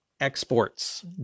Exports